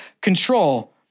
Control